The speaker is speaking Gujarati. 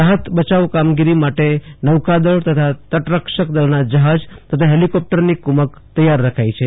રાહત બચાવ કામગીરી માટે નોકાદળ તથા તટરક્ષકદળના જહાજ તથા હેલીકોપ્ટરની કુમક તૈયાર રખાઈ છે